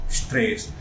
stress